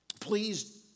please